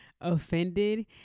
offended